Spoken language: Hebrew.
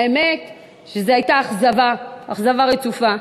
האמת שזו הייתה אכזבה, אכזבה רצופה,